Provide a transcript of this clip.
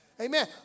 Amen